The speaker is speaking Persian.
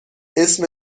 اسم